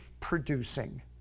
producing